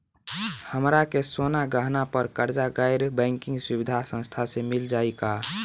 हमरा के सोना गहना पर कर्जा गैर बैंकिंग सुविधा संस्था से मिल जाई का?